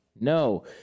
No